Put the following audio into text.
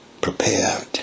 prepared